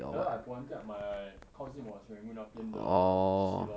ya lah I volunteer at my 靠近我 serangoon 那边的 err C_C lor